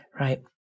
Right